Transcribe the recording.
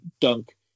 Dunk